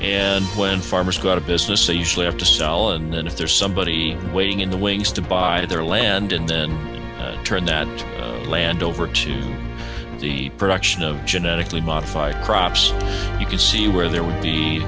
and when farmers go out of business or usually have to sell and then if there's somebody waiting in the wings to buy their land and then turn that land over to the production of genetically modified crops you can see where there would be